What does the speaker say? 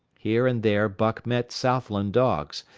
here and there buck met southland dogs,